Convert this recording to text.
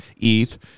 ETH